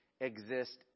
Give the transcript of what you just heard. exist